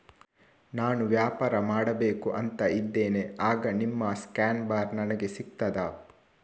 ನಾನು ವ್ಯಾಪಾರ ಮಾಡಬೇಕು ಅಂತ ಇದ್ದೇನೆ, ಆಗ ನಿಮ್ಮ ಸ್ಕ್ಯಾನ್ ಬಾರ್ ನನಗೆ ಸಿಗ್ತದಾ?